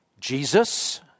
Jesus